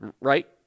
right